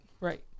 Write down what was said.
Right